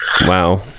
Wow